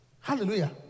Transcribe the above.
Hallelujah